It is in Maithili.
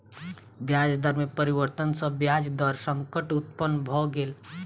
ब्याज दर में परिवर्तन सॅ ब्याज दर संकट उत्पन्न भ गेल